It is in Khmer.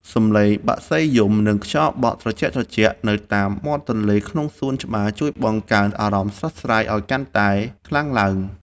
សំឡេងបក្សីយំ និងខ្យល់បក់ត្រជាក់ៗនៅតាមមាត់ទន្លេក្នុងសួនច្បារជួយបង្កើនអារម្មណ៍ស្រស់ស្រាយឱ្យកាន់តែខ្លាំងឡើង។